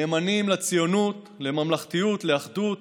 נאמנים לציונות, לממלכתיות, לאחדות,